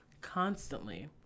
Constantly